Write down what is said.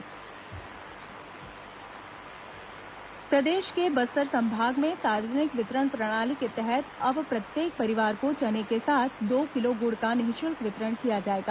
मंत्रिमंडल निर्णय प्रदेश के बस्तर संभाग में सार्वजनिक वितरण प्रणाली के तहत अब प्रत्येक परिवार को चने के साथ दो किलो गुड़ का निःशुल्क वितरण किया जाएगा